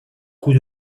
coup